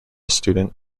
student